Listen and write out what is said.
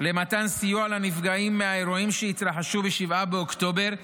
למתן סיוע לנפגעים מהאירועים שהתרחשו ב-7 באוקטובר,